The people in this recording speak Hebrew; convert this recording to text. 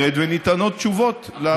מתבררת וניתנות תשובות לציבור.